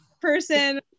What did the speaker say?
person